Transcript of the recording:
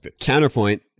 counterpoint